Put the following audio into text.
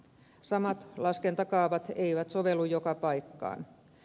samat laskentakaavat eivät sovellu joka paikkaan